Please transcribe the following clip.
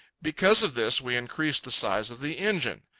because of this, we increased the size of the engine.